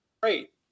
Great